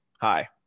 hi